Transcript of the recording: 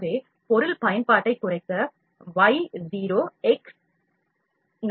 எனவே பொருள் பயன்பாட்டைக் குறைக்க Y 0 X 90 Z 90 ஆக வைக்கப்படுகிறது